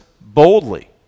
boldly